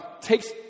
takes